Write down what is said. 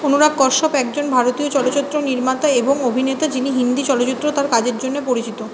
অনুরাগ কাশ্যপ একজন ভারতীয় চলচ্চিত্র নির্মাতা এবং অভিনেতা যিনি হিন্দি চলচ্চিত্রে তাঁর কাজের জন্যে পরিচিত